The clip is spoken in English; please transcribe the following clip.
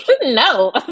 no